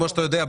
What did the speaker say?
כמו שאתה יודע,